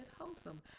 wholesome